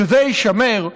שזה יישמר,